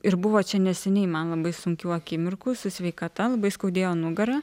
ir buvo čia neseniai man labai sunkių akimirkų su sveikata labai skaudėjo nugarą